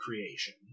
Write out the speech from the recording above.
creation